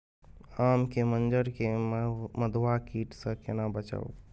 आम के मंजर के मधुआ कीट स केना बचाऊ?